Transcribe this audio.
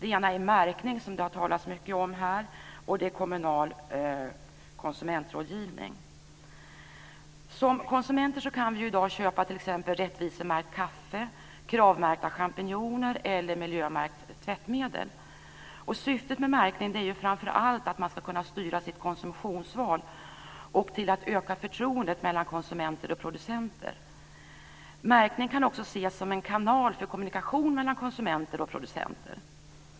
Den ena gäller märkning, som det har talats mycket om här, och den andra gäller kommunal konsumentrådgivning. Som konsumenter kan vi i dag köpa t.ex. Rättvisemärkt kaffe, Kravmärkta champinjoner eller miljömärkt tvättmedel. Syftet med märkningen är framför allt att man ska kunna styra sitt konsumtionsval och att öka förtroendet mellan konsumenter och producenter. Märkning kan också ses som en kanal för kommunikation mellan konsumenter och producenter.